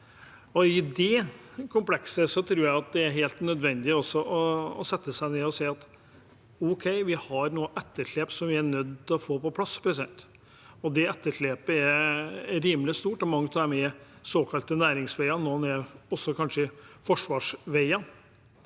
I det komplekset tror jeg det er helt nødvendig å sette seg ned og si at ok, vi har et etterslep som vi er nødt til å få på plass, og det etterslepet er rimelig stort. Mange av disse veiene er såkalte næringsveier, og noen er kanskje forsvarsveier,